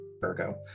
Virgo